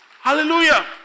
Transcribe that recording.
Hallelujah